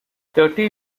thirty